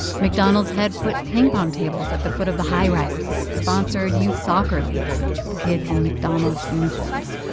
mcdonald's had put pingpong tables at the foot of the high-rises, sponsored youth soccer leagues the kids in mcdonald's uniforms.